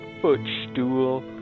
Footstool